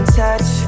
touch